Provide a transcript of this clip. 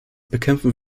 bekämpfen